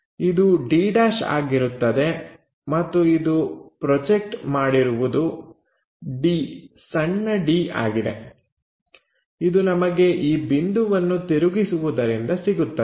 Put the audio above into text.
ಇದು d' ಆಗಿರುತ್ತದೆ ಮತ್ತು ಇದು ಪ್ರೊಜೆಕ್ಟ್ ಮಾಡಿರುವುದು d ಸಣ್ಣ d ಆಗಿದೆ ಇದು ನಮಗೆ ಈ ಬಿಂದುವನ್ನು ತಿರುಗಿಸುವುದರಿಂದ ಸಿಗುತ್ತದೆ